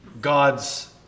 God's